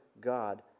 God